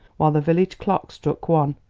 while the village clock struck one,